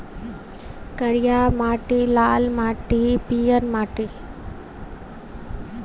करिया माटि, लाल माटि आ पीयर माटि